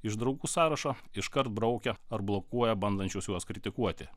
iš draugų sąrašo iškart braukia ar blokuoja bandančius juos kritikuoti